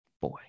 Boy